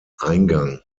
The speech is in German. eingang